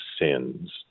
sins